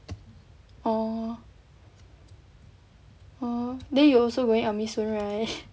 oh oh then you also going army soon right